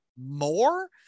more